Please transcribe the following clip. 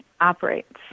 operates